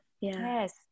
Yes